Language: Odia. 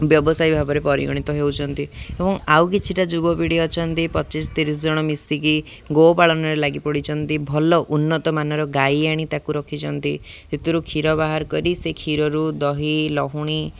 ବ୍ୟବସାୟୀ ଭାବରେ ପରିଗଣିତ ହେଉଛନ୍ତି ଏବଂ ଆଉ କିଛିଟା ଯୁବପିଢ଼ି ଅଛନ୍ତି ପଚିଶ ତିରିଶ ଜଣ ମିଶିକି ଗୋପାଳନରେ ଲାଗି ପଡ଼ିଛନ୍ତି ଭଲ ଉନ୍ନତମାନର ଗାଈ ଆଣି ତାକୁ ରଖିଛନ୍ତି ସେଥିରୁ କ୍ଷୀର ବାହାର କରି ସେ କ୍ଷୀରରୁ ଦହି ଲହୁଣୀ